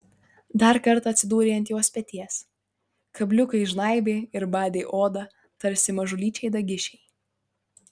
dar kartą atsidūrė ant jos peties kabliukai žnaibė ir badė odą tarsi mažulyčiai dagišiai